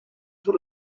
sort